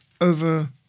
over